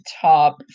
top